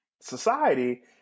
society